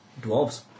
Dwarves